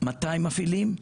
מתי מפעילים,